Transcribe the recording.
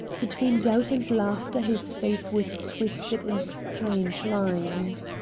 between doubt and laughter his face was twisted in strange lines.